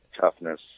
toughness